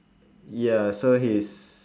ya so he's